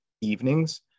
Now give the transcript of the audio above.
evenings